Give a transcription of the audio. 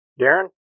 Darren